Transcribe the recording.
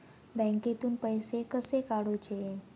बँकेतून पैसे कसे काढूचे?